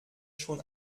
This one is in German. schon